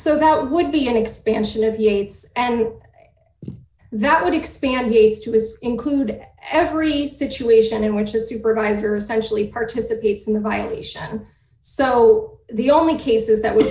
so that would be an expansion of yates and that would expand he needs to his include every situation in which a supervisor essentially participates in the violation so the only cases that w